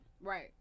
Right